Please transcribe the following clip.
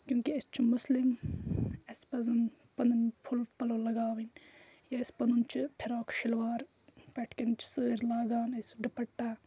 کیونکہِ أسۍ چھِ مُسلِم اَسہِ پَزَن پَنٕنۍ پھوٚل پَلَو لَگاوٕنۍ یہِ اَسہِ پَنُن چھِ فِراک شلوار پٮ۪ٹھ کٮ۪ن چھِ سٲر لاگان أسۍ ڈُپَٹا